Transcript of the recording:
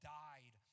died